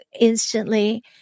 instantly